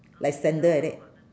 like sandal like that